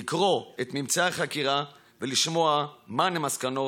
לקרוא את ממצאי החקירה ולשמוע מהן המסקנות